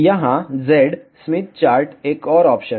यहां Z Smith chart एक और ऑप्शन है